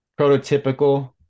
prototypical